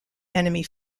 enemy